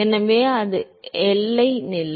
எனவே அது எல்லை நிலை